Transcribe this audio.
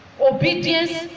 Obedience